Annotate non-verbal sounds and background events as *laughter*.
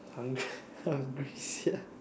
Hun~ *laughs* hungry *laughs*